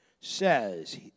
says